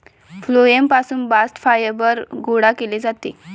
phloem पासून bast fibre गोळा केले जाते